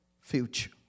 future